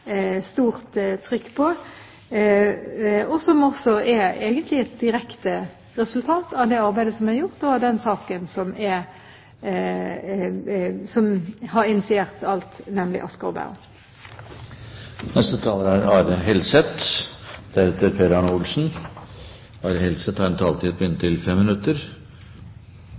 stort trykk på, og som egentlig er et direkte resultat av det arbeidet som er gjort i forbindelse med den saken som har initiert alt, nemlig saken om Sykehuset Asker og Bærum. Lov om pasientrettigheter har som formål å bidra til å sikre befolkningen lik tilgang på